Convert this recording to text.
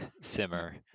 simmer